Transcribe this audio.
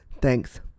Thanks